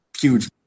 Huge